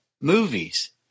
movies